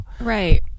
Right